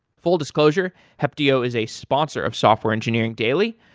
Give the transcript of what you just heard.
full disclosure, heptio is a sponsor of software engineering daily,